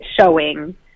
showing